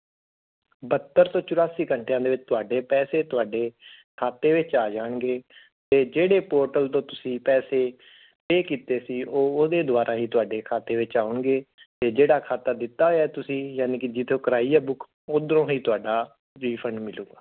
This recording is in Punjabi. ਬਹੱਤਰ ਤੋਂ ਚੁਰਾਸੀ ਘੰਟਿਆਂ ਦੇ ਵਿੱਚ ਤੁਹਾਡੇ ਪੈਸੇ ਤੁਹਾਡੇ ਖਾਤੇ ਵਿੱਚ ਆ ਜਾਣਗੇ ਅਤੇ ਜਿਹੜੇ ਪੋਰਟਲ ਤੋਂ ਤੁਸੀਂ ਪੈਸੇ ਪੇ ਕੀਤੇ ਸੀ ਉਹ ਉਹਦੇ ਦੁਆਰਾ ਹੀ ਤੁਹਾਡੇ ਖਾਤੇ ਵਿੱਚ ਆਉਣਗੇ ਅਤੇ ਜਿਹੜਾ ਖਾਤਾ ਦਿੱਤਾ ਹੋਇਆ ਤੁਸੀਂ ਯਾਨੀ ਕਿ ਜਿੱਥੋਂ ਕਰਾਈ ਬੁੱਕ ਉਧਰੋਂ ਹੀ ਤੁਹਾਡਾ ਰੀਫੰਡ ਮਿਲੂ